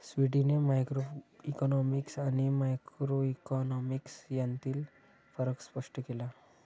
स्वीटीने मॅक्रोइकॉनॉमिक्स आणि मायक्रोइकॉनॉमिक्स यांतील फरक स्पष्ट केला